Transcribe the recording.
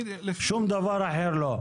שום דבר אחר לא.